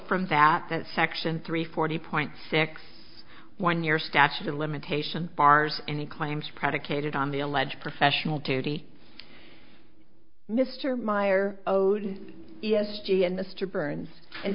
from that that section three forty point six one year statute of limitations bars any claims predicated on the alleged professional duty mr meyer owed the s g and mr burns